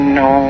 no